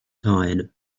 tied